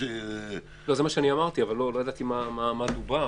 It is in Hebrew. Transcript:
זה מה שאמרתי, אבל לא ידעתי מה דובר.